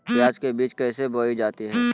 प्याज के बीज कैसे बोई जाती हैं?